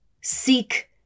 seek